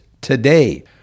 today